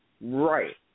Right